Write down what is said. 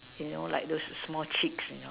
you know like those small chicks you know